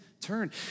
turn